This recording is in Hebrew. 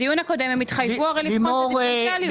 בדיון הקודם הם התחייבו הרי לבחון את הדיפרנציאליות.